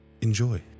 enjoy